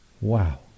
Wow